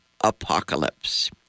apocalypse